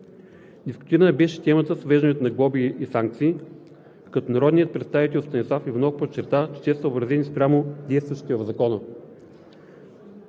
Дискутирана беше темата с въвеждането на глоби и санкции, като народният представител Станислав Иванов подчерта, че те са съобразени спрямо действащите в Закона.